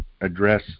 address